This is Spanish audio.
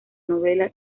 novela